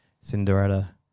Cinderella